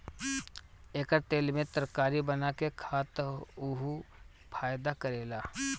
एकर तेल में तरकारी बना के खा त उहो फायदा करेला